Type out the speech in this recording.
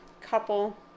couple